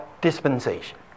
dispensation